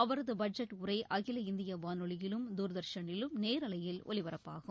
அவரது பட்ஜெட் உரை அகில இந்திய வானொலியிலும் தூர்தர்ஷனிலும் நேரலையில் ஒலிபரப்பாகும்